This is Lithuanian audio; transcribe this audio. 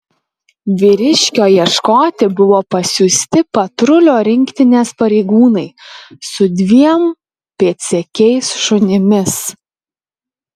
vyriškio ieškoti buvo pasiųsti patrulių rinktinės pareigūnai su dviem pėdsekiais šunimis